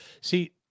See